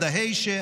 ליד דהיישה.